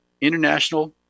international